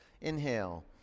inhale